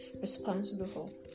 responsible